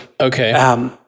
okay